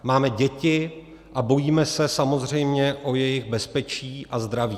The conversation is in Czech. Máme děti a bojíme se samozřejmě o jejich bezpečí a zdraví.